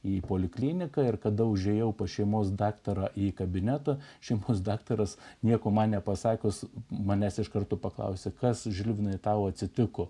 į polikliniką ir kada užėjau pas šeimos daktarą į kabinetą šeimos daktaras nieko man nepasakius manęs iš karto paklausė kas žilvinai tau atsitiko